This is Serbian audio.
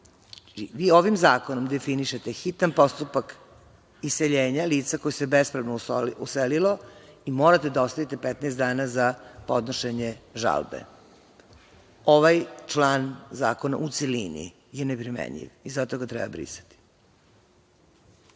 ovim zakonom definišete hitan postupak iseljenja lica koja su se bespravno uselila i morate da ostavite 15 dana za podnošenje žalbe. Ovaj član zakona, u celini, je neprimenljiv i zato ga treba brisati.